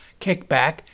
kickback